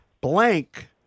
Blank